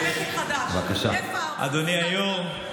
אדוני היו"ר,